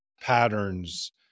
patterns